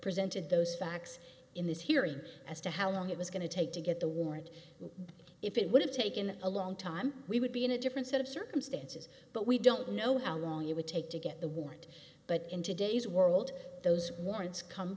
presented those facts in this hearing as to how long it was going to take to get the warrant if it would have taken a long time we would be in a different set of circumstances but we don't know how long it would take to get the warrant but in today's world those warrants come